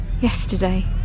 Yesterday